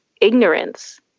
ignorance